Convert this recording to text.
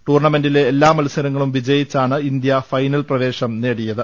ടൂർണമെന്റിലെ എല്ലാ മത്സരങ്ങളും വിജയിച്ചാണ് ഇന്ത്യ ഫൈനൽ പ്രവേശം നേടിയത്